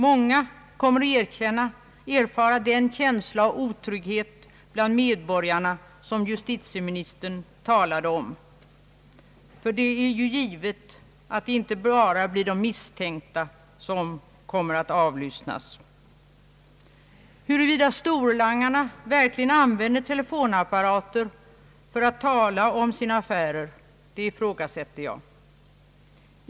Många medborgare kommer att erfara den känsla av otrygghet som justitieministern talade om, därför att det givetvis inte bara blir de misstänkta som kommer att avlyssnas. vänder telefonapparater för att tala om sina affärer ifrågasätter jag.